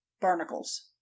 barnacles